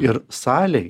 ir salėj